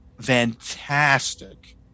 fantastic